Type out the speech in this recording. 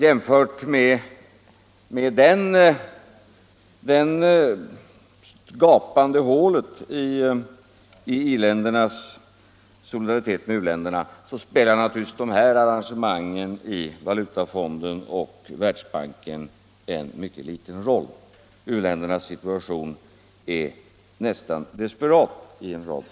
Jämfört med det gapande hålet i i-ländernas solidaritet med u-länderna spelar naturligtvis de här arrangemangen i Valutafonden och Världsbanken en mycket liten roll. U-ländernas situation är nästan desperat i en rad fall.